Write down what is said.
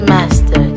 Master